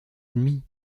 ennemis